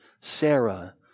Sarah